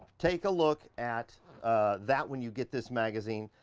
take a look at that when you get this magazine.